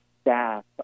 staff